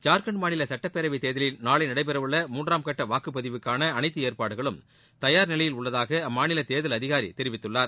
ஜார்கண்ட் மாநில சுட்டப்பேரவை தேர்தலில் நாளை நடைபெறவுள்ள மூன்றாம் கட்ட வாக்குப் பதிவுக்கான அனைத்து அஏற்பாடுகளும் தயார் நிலையில் உள்ளதாக அம்மாநில தேர்தல் அதிகாரி தெரிவித்துள்ளார்